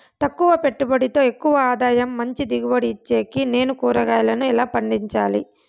తక్కువ పెట్టుబడితో ఎక్కువగా ఆదాయం మంచి దిగుబడి ఇచ్చేకి నేను కూరగాయలను ఎలా పండించాలి?